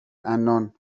عنان